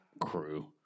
crew